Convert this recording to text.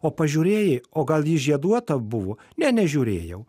o pažiūrėjai o gal ji žieduota buvo ne nežiūrėjau